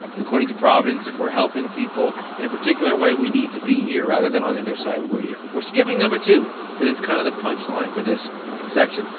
according to providence, if we're helping people in a particular way, we need to be here rather than on the other side. we're here. we're skipping number two cause it's kind of the punchline for this section.